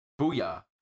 Booyah